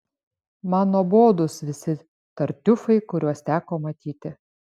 man nuobodūs visi tartiufai kuriuos teko matyti